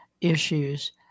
issues